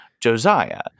Josiah